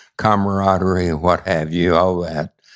camaraderie, and what have you, all that,